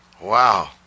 Wow